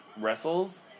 wrestles